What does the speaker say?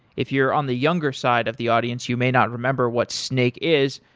if you're on the younger side of the audience, you may not remember what snake is.